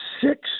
six